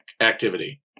activity